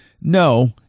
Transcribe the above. no